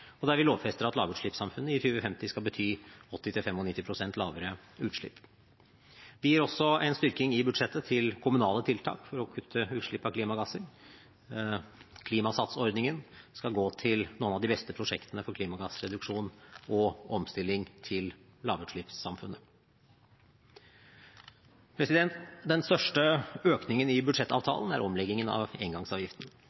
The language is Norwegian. og der vi lovfester at lavutslippssamfunnet i 2050 skal bety 80–95 pst. lavere utslipp. Vi gir også en styrking i budsjettet til kommunale tiltak for å kutte utslipp av klimagasser. Klimasats-ordningen skal gå til noen av de beste prosjektene på klimagassreduksjon og omstilling til lavutslippssamfunnet. Den største økningen i